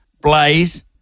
Blaze